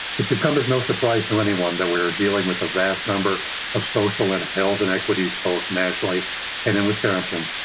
it should come as no surprise to anyone that we dealing with a vast number of social and health and equities, both nationally and in wisconsin.